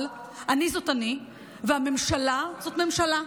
אבל אני זאת אני, והממשלה זאת ממשלה.